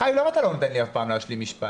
חיים, למה אתה לא נותן לי אף פעם להשלים משפט?